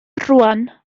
rŵan